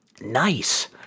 Nice